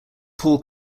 paul